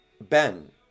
Ben